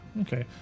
Okay